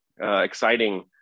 Exciting